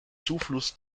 zufluss